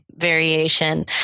variation